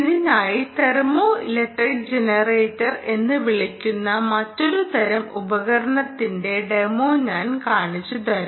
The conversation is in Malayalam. ഇതിനായി തെർമോ ഇലക്ട്രിക് ജനറേറ്റർ എന്ന് വിളിക്കുന്ന മറ്റൊരു തരം ഉപകരണത്തിന്റെ ഡെമോ ഞാൻ കാണിച്ചുതരാം